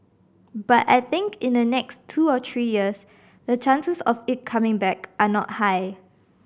but I think in the next two or three years the chances of it coming back are not high